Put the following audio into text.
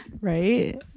Right